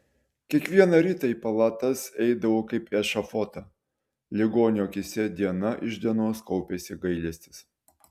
kiekvieną rytą į palatas eidavau kaip į ešafotą ligonių akyse diena iš dienos kaupėsi gailestis